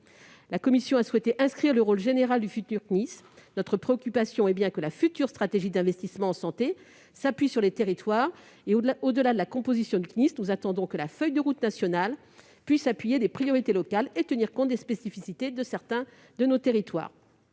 La commission a ainsi souhaité inscrire dans la loi le rôle général du CNIS. Notre préoccupation est bien que la future stratégie d'investissement en santé s'appuie sur les territoires, et, au-delà de la composition du CNIS, nous entendons que la feuille de route nationale appuie des priorités locales et tienne compte des spécificités de certains de nos territoires,